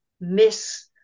miss